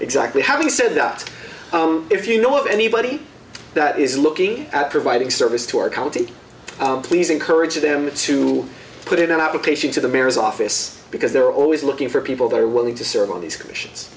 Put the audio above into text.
exactly having said that if you know of anybody that is looking at providing service to our county please encourage them to put in an application to the mare's office because they're always looking for people that are willing to serve on these commissions